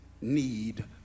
need